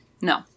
No